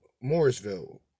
Morrisville